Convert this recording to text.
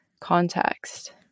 context